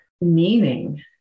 meaning